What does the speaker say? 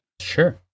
Sure